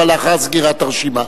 אבל לאחר סגירת הרשימה.